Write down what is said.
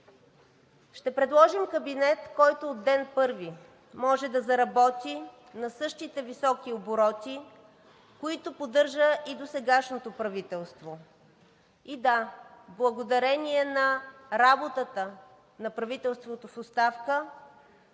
Ще предложим кабинет, който от ден първи може да заработи на същите високи обороти, които поддържа и досегашното правителство. И да, благодарение на работата на правителството в оставка